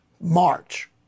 march